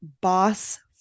boss